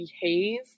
behave